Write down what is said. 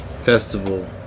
festival